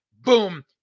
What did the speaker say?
Boom